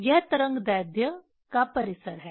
यह तरंगदैर्ध्य का परिसर है